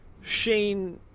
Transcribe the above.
Shane